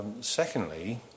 Secondly